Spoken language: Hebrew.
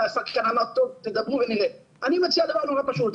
אני מציע דבר נורא פשוט,